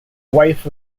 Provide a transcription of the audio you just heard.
wife